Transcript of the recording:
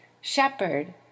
Shepherd